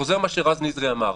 אני חוזר על מה שרז נזרי אמר,